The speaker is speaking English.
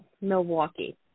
Milwaukee